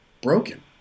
broken